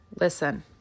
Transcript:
listen